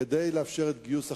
כדי לאפשר את גיוס החרדים,